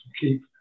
keep